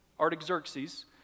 Artaxerxes